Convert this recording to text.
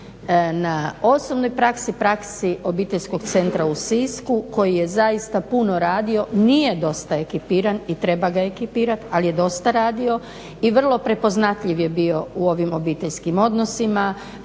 na osobnoj praksi, praksi Obiteljskog centra u Sisku koji je zaista puno radio, nije dosta ekipiran i treba ga ekipirat ali je dosta radio i vrlo prepoznatljiv je bio u ovim obiteljskim odnosima